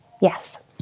Yes